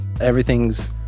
everything's